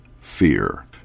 fear